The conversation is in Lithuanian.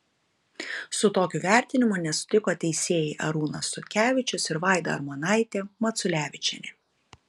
su tokiu vertinimu nesutiko teisėjai arūnas sutkevičius ir vaida urmonaitė maculevičienė